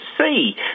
see